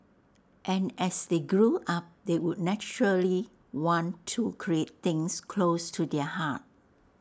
and as they grew up they would naturally want to create things close to their heart